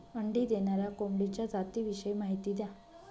अंडी देणाऱ्या कोंबडीच्या जातिविषयी माहिती द्या